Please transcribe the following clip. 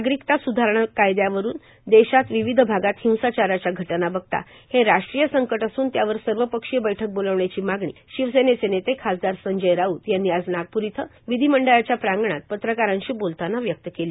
नागरिकता संशोधन कायद्यावरून देशात विविध भागात हिंसाचाराच्या घटना बघता हे राष्ट्रीय संकट असून त्यावर सर्वपक्षीय बैठक बोलावण्याची मागणी शिवसेनेचे नेते खासदार संजय राऊत यांनी आज नागपूर इथं विधीमंडळाच्या प्रांगणात पत्रकारांशी बोलतांना व्यक्त केला